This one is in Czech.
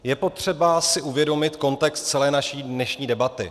Je potřeba si uvědomit kontext celé naší dnešní debaty.